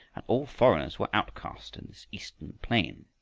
and all foreigners were outcaste in this eastern plain.